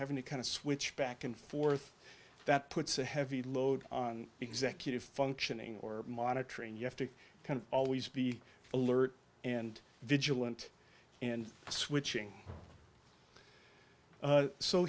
having a kind of switch back and forth that puts a heavy load on executive functioning or monitoring you have to kind of always be alert and vigilant and switching